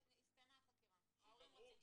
הסתיימה החקירה, ההורים רוצים את החומרים.